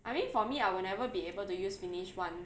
I mean for me I will never be able to use finish [one]